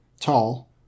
Tall